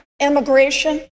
immigration